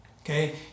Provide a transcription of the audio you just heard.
okay